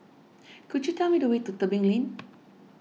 could you tell me the way to Tebing Lane